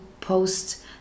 post